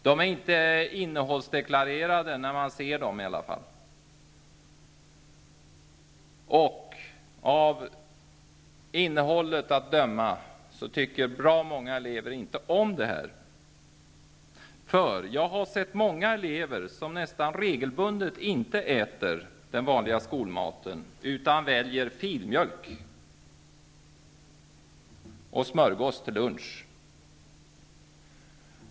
Den är inte innehållsdeklarerad, och av innehållet att döma är det många elever som inte tycker om den. Jag har sett att många elever regelbundet låter bli att äta den vanliga skolmaten och i stället väljer filmjölk och smörgås till lunch.